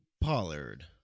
Pollard